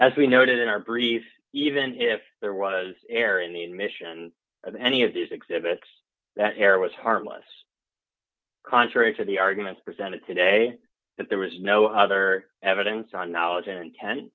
as we noted in our brief even if there was air in the admission of any of these exhibits that hair was harmless contrary to the arguments presented today that there was no other evidence on knowledge and ten